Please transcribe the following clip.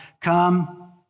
Come